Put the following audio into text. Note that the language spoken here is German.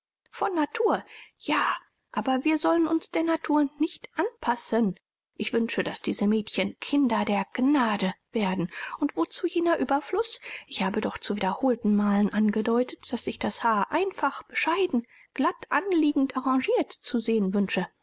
von natur ja aber wir sollen uns der natur nicht anpassen ich wünsche daß diese mädchen kinder der gnade werden und wozu jener überfluß ich habe doch zu wiederholten malen angedeutet daß ich das haar einfach bescheiden glatt anliegend arrangiert zu sehen wünsche